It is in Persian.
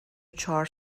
چهار